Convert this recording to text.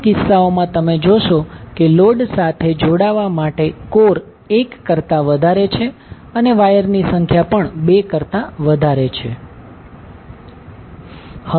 આ કિસ્સાઓમાં તમે જોશો કે લોડ સાથે જોડાવા માટે કોર 1 કરતા વધારે છે અને વાયરની સંખ્યા પણ 2 કરતા વધારે છે